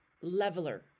leveler